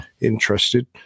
interested